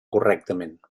correctament